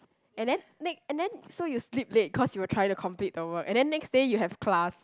and then ne~ and then so you sleep late cause you were trying to complete the work and then next day you have class